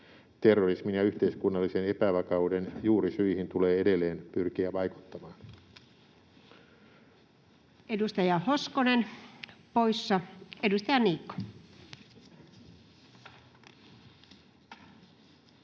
Terrorismin ja yhteiskunnallisen epävakauden juurisyihin tulee edelleen pyrkiä vaikuttamaan. Edustaja Hoskonen poissa. — Edustaja Niikko.